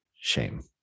shame